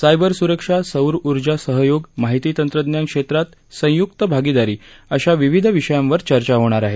cyber सुरक्षा सौर ऊर्जा सहयोग माहिती तंत्रज्ञान क्षेत्रात संयुक्त भागीदारी अशा विविध विषयांवर चर्चा होणार आहे